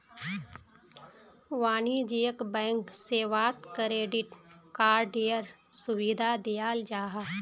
वाणिज्यिक बैंक सेवात क्रेडिट कार्डएर सुविधा दियाल जाहा